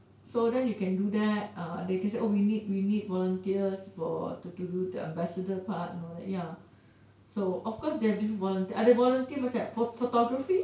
so then you can do that uh they can say oh we need we need volunteers for to do the ambassador part and all that ya so of course they have different volunteer ada volunteer macam photography